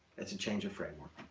it's a change of framework.